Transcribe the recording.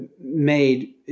made